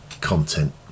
content